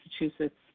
Massachusetts